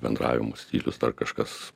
bendravimo stilius dar kažkas